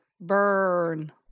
Burn